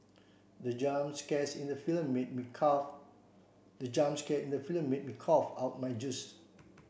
the jump scare in the film made me the jump scare in the film made me cough out my juice